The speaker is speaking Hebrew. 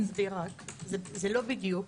לא בדיוק.